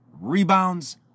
rebounds